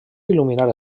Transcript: il·luminar